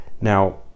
Now